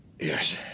Yes